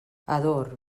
ador